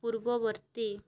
ପୂର୍ବବର୍ତ୍ତୀ